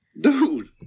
Dude